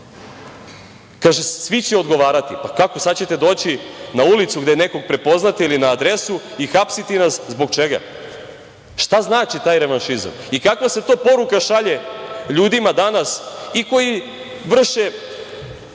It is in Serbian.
Kaže – svi će odgovarati. Sada ćete doći na ulicu gde nekog prepoznate ili na adresu i hapsiti nas – zbog čega? Šta znači taj revanšizam i kakva se to poruka šalje ljudima danas i koji vrše